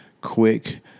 quick